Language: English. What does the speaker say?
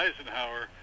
Eisenhower